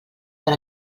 per